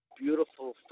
Beautiful